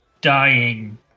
dying